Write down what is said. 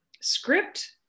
script